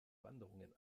wanderungen